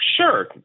sure